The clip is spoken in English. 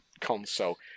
console